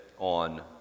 on